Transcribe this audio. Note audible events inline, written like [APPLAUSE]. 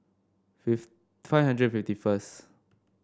[UNINTELLIGIBLE] five hundred fifty first